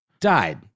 died